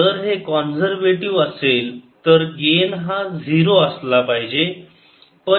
पण जर हे कॉन्सर्व्हेटिव्ह असेल तर गेन हा 0 असला पाहिजे